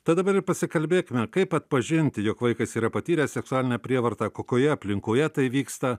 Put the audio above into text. tad dabar ir pasikalbėkime kaip atpažint jog vaikas yra patyręs seksualinę prievartą kokioje aplinkoje tai vyksta